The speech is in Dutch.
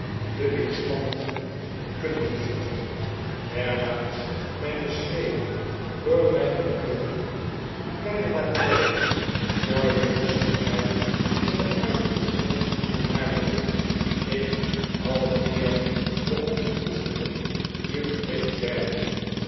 de weerspannigen te kunnen bezoeken werwaarts mijne schreden door mijne vlugge kleine matrone voor wier geschiktheid in de uitoefening van haar beroep ik allen eerbied begon te koesteren nu gericht werden